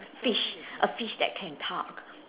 fish a fish that can talk